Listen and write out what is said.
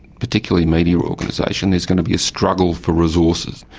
particularly media organisation, there's going to be a struggle for resources.